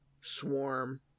swarm